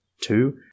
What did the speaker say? two